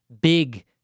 big